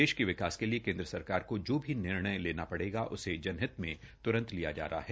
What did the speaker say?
देश के विकास के लिए केंद्र सरकार को जो भी निर्णय लेना पड़ेगा उसे जनहित में त्रंत लिया जा रहा है